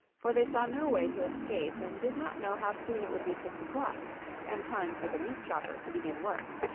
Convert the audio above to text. for they saw no way to escape and did not know how soon it would be six o'clock and time for the meatchopper to begin work.